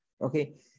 Okay